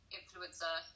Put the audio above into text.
influencer